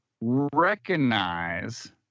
recognize